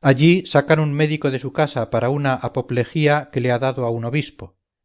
allí sacan un médico de su casa para una apoplejía que le ha dado a un obispo